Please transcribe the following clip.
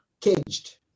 Caged